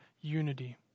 unity